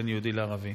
בין יהודי לערבי,